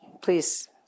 please